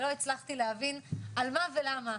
ולא הצלחתי להבין על מה ולמה.